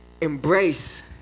embrace